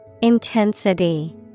Intensity